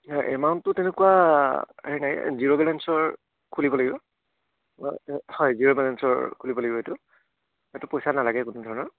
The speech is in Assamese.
হয় এমাউণ্টটো তেনেকুৱা হেৰি নাই জিৰ' বেলেঞ্চৰ খুলিব লাগিব হয় জিৰ' বেলেঞ্চৰ খুলিব লাগিব এইটো এইটো পইচা নালাগে কোনো ধৰণৰ